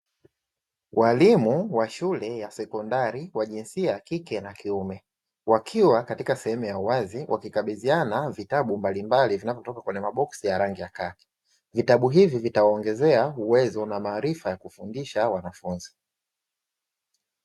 Walimu wa shule ya sekondari; wa jinsia ya kike na kiume, wakiwa katika sehemu ya uwazi wakikabidhiana vitabu mbalimbali vinavyotoka kwenye maboksi ya rangi ya kaki. Vitabu hivi vitawaongezea uwezo na maarifa ya kufundisha wanafunzi.